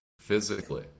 physically